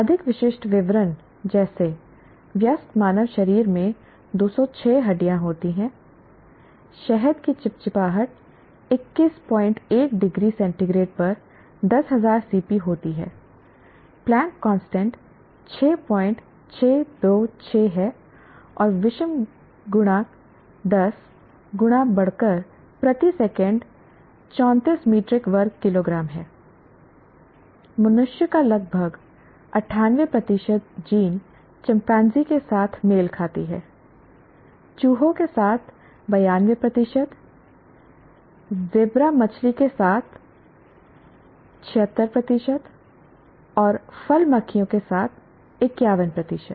अधिक विशिष्ट विवरण जैसे वयस्क मानव शरीर में 206 हड्डियां होती हैं शहद की चिपचिपाहट 211 डिग्री सेंटीग्रेड पर 10000 cP होती है प्लैंक कांस्टेंट Planck's constant 6626 है और विषम गुणक 10 गुणा बढ़कर प्रति सेकंड 34 मीट्रिक वर्ग किलोग्राम है मनुष्य का लगभग 98 प्रतिशत जीन चिम्पांजी के साथ मेल खाती है चूहों के साथ 92 प्रतिशत ज़ेबरा मछली के साथ 76 प्रतिशत और फल मक्खियों के साथ 51 प्रतिशत